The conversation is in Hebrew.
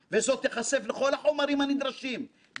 ולא פנסים אקראיים בתוך עלטת הסודיות.